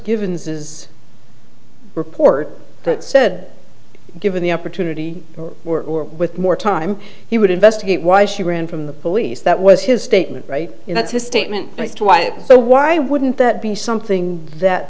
given says report that said given the opportunity or with more time he would investigate why she ran from the police that was his statement that's his statement as to why so why wouldn't that be something that